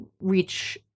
reach